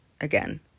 again